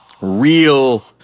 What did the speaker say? real